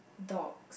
dogs